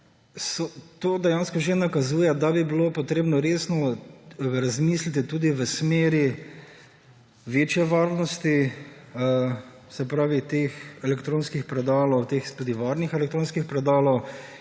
To dejansko že nakazuje, da bi bilo treba resno razmisliti tudi v smeri večje varnosti elektronskih predalov, tudi varnih elektronskih predalov.